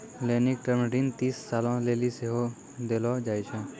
लेनिक टर्म ऋण तीस सालो लेली सेहो देलो जाय छै